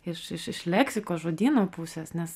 iš iš iš leksikos žodyno pusės nes